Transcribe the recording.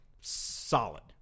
solid